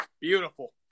Beautiful